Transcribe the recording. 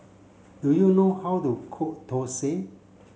do you know how to cook Dosa